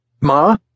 ma